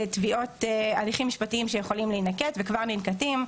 יש הליכים משפטיים שיכולים להינקט וכבר ננקטים,